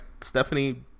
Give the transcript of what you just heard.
Stephanie